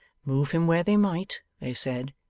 move him where they might, they said,